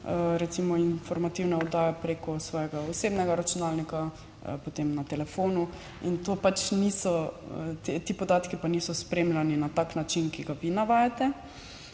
recimo informativne oddaje preko svojega osebnega računalnika, potem na telefonu in to pač niso ti podatki, pa niso spremljani na tak način, ki ga vi navajate.